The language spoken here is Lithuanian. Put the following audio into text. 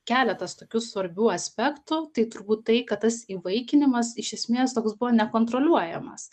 keletas tokių svarbių aspektų tai turbūt tai kad tas įvaikinimas iš esmės toks buvo nekontroliuojamas